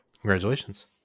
Congratulations